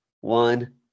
one